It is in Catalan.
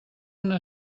una